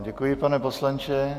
Děkuji vám, pane poslanče.